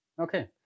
Okay